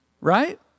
Right